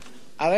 הרי מה קרה?